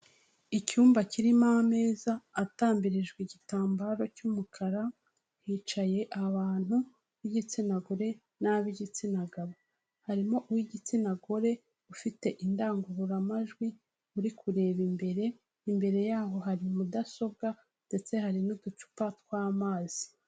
Icyumba kirimo ameza atambirijwe igitambaro cy'umukara hicaye abantu b'igitsina gore n'ab'igitsina gabo, harimo uw'igitsina gore ufite indangururamajwi uri kureba imbere, imbere yaho hari mudasobwa ndetse hari n'uducupa tw'amazi.